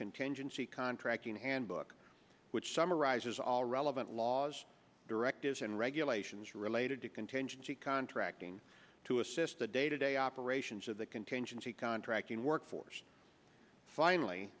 contingency contracting handbook which summarizes all relevant laws directives and regulations related to contingency contracting to assist the day to day operations of the contingency contracting workforce finally